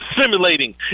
simulating